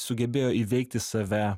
sugebėjo įveikti save